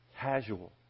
casual